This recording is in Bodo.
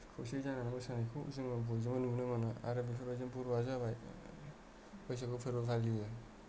खौसे जानानै बैसागखौ जोङो ज' लोङो नो आरो बेफोरबायदिजों बर'आ जाबाय बैसागु फोरबो फालियो